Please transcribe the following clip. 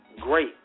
Great